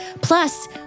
Plus